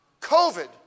COVID